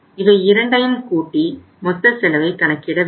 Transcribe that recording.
இவை இரண்டையும் கூட்டி மொத்த செலவை கணக்கிட வேண்டும்